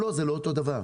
לא, זה לא אותו דבר.